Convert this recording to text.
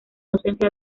ausencia